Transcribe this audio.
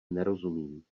nerozumím